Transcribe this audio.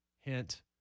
hint